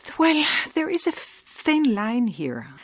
well there is a thin line here.